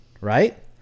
right